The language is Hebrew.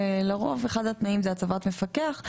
לרוב אחד התנאים זה הצבת מפקח.